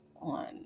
on